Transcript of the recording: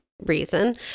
reason